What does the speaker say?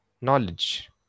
knowledge